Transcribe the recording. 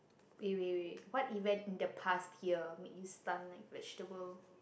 wait wait wait what event in the past here made you stunned like vegetable